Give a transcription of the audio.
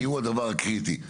כי הוא הדבר הקריטי.